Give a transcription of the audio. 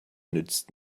nützt